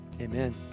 amen